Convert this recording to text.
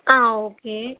ஆ okay